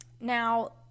Now